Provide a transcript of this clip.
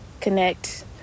connect